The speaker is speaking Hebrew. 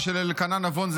ושל אלקנה נבון,